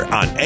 on